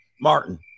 Martin